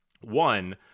One